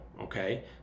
okay